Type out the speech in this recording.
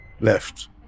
left